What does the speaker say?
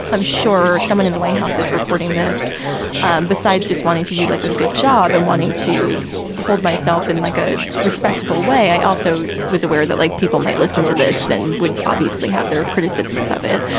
i'm sure someone in the white house is recording this besides just wanting to do like a good job and wanting to hold myself in like a respectable way. i also was aware that like people might listen to this and would obviously have their criticisms of it.